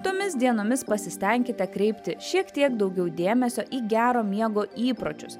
tomis dienomis pasistenkite kreipti šiek tiek daugiau dėmesio į gero miego įpročius